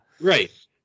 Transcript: Right